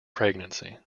pregnancy